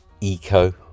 Eco